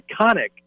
iconic